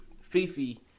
Fifi